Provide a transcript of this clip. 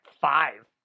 five